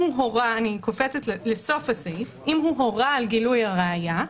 אני קופצת לסוף הסעיף אם הוא הורה על גילוי הראיה,